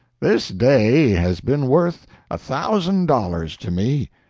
this day has been worth a thousand dollars to me.